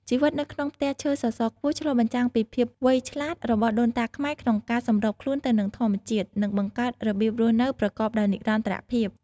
ជីវិតនៅក្នុងផ្ទះឈើសសរខ្ពស់ឆ្លុះបញ្ចាំងពីភាពវៃឆ្លាតរបស់ដូនតាខ្មែរក្នុងការសម្របខ្លួនទៅនឹងធម្មជាតិ និងបង្កើតរបៀបរស់នៅប្រកបដោយនិរន្តរភាព ។